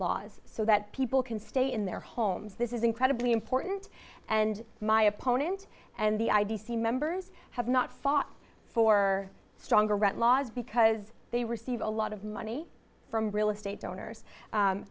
laws so that people can stay in their homes this is incredibly important and my opponent and the i d c members have not fought for stronger laws because they receive a lot of money from real estate donors